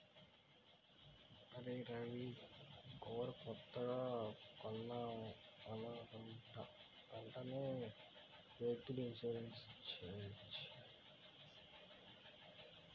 అరేయ్ రవీ నీ కారు కొత్తగా కొన్నావనుకుంటా వెంటనే వెహికల్ ఇన్సూరెన్సు చేసేయ్